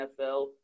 NFL